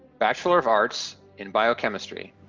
bachelor of arts in biochemistry.